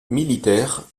militaire